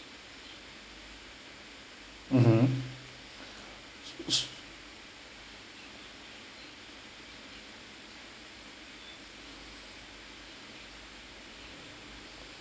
mmhmm